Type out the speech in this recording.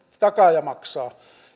takaaja maksaa